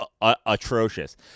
atrocious